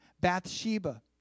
Bathsheba